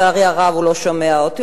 לצערי הרב הוא לא שומע אותי,